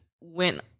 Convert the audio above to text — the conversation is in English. went